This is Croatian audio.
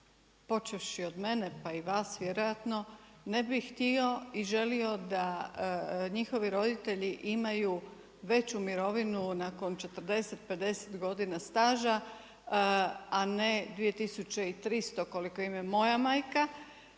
počevši od mene pa i vas vjerojatno, ne bi htio i želio da njihovi roditelji imaju veću mirovinu nakon 40, 50 godina staža, a ne 2.300 koliko ima i moja majka,